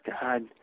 God